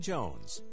Jones